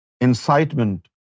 incitement